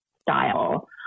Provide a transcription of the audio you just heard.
style